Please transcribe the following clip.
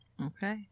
okay